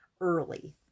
early